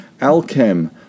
Alchem